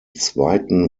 zweiten